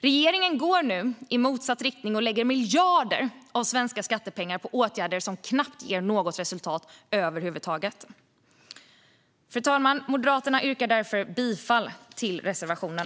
Regeringen går nu i motsatt riktning och lägger miljarder av svenska skattepengar på åtgärder som knappt ger något resultat över huvud taget. Fru talman! Moderaterna yrkar därför bifall till reservationen.